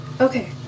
Okay